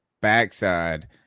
Backside